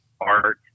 art